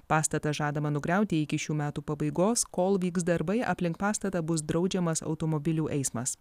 pastatą žadama nugriauti iki šių metų pabaigos kol vyks darbai aplink pastatą bus draudžiamas automobilių eismas